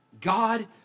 God